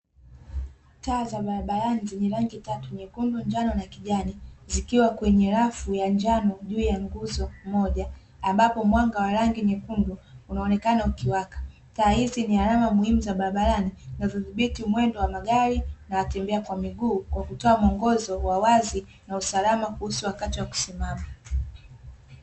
Taa za barabarani zenye rangi tatu njekundu ,njano na kijani, zikiwa kwenye rafu ya njano juu ya nguzo moja ambapo mwanga wa rangi nyekundu ikionekana ukiwaka, taa hizi za barabarani zinazozibiti mwendo wa magari na watembea kwa miguu kwa kutoa mwongozo wa watu wa wazi na na usalama kuhusu wakati wa kusimama.